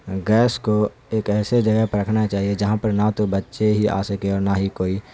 gas کو ایک ایسے جگہ پہ رکھنا چاہیے جہاں پر نہ تو بچے ہی آ سکیں اور نہ ہی کوئی